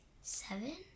seven